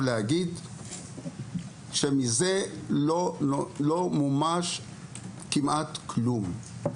מזה לא מומש כמעט כלום.